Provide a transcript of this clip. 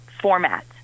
format